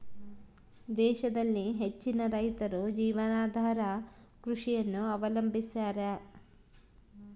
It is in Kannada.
ದೇಶದಲ್ಲಿ ಹೆಚ್ಚಿನ ರೈತರು ಜೀವನಾಧಾರ ಕೃಷಿಯನ್ನು ಅವಲಂಬಿಸ್ಯಾರ